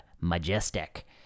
Majestic